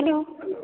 hello